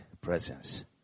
presence